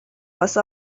واسه